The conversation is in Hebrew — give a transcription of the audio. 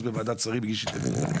אז בוועדת השרים הגיש התנגדות.